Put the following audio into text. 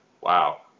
Wow